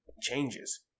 changes